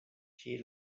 she